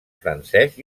francès